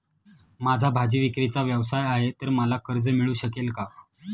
माझा भाजीविक्रीचा व्यवसाय आहे तर मला कर्ज मिळू शकेल का?